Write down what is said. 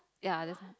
ya that's why~